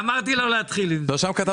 לא חשוב.